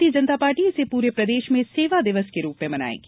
भारतीय जनता पार्टी इसे पूरे प्रदेश में सेवा दिवस के रूप में मनाएगी